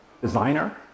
designer